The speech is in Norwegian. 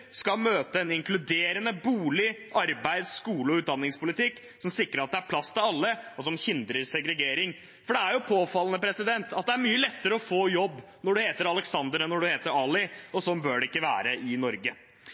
skal møte en inkluderende bolig-, arbeids-, skole- og utdanningspolitikk som sikrer at det er plass til alle, og som hindrer segregering. Det er påfallende at det er mye lettere å få jobb når du heter Aleksander enn når du heter Ali, og sånn bør det ikke være i Norge.